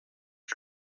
als